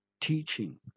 teaching